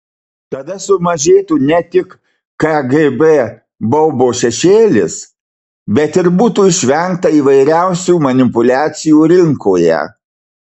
tada sumažėtų ne tik kgb baubo šešėlis bet ir būtų išvengta įvairiausių manipuliacijų rinkoje